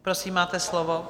Prosím, máte slovo.